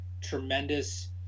tremendous